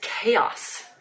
chaos